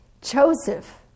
Joseph